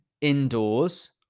indoors